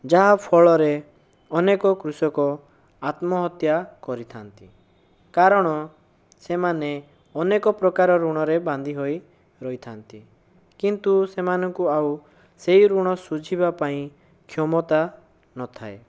ଯାହା ଫଳରେ ଅନେକ କୃଷକ ଆତ୍ମହତ୍ୟା କରିଥାନ୍ତି କାରଣ ସେମାନେ ଅନେକ ପ୍ରକାର ଋଣରେ ବାନ୍ଧି ହୋଇ ରହିଥାନ୍ତି କିନ୍ତୁ ସେମାନଙ୍କୁ ଆଉ ସେହି ଋଣ ସୁଝିବା ପାଇଁ କ୍ଷମତା ନ ଥାଏ